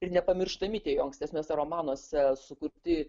ir nepamirštami tie jo ankstesniuose romanuose sukurpti